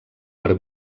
per